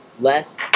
less